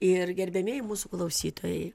ir gerbiamieji mūsų klausytojai